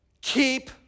keep